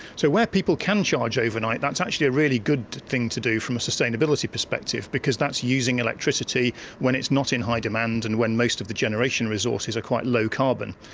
so where people can charge overnight, that's actually a really good thing to do from a sustainability perspective because that's using electricity when it's not in high demand and when most of the generation resources are quite low carbon.